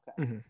Okay